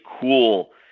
cool